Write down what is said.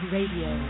Radio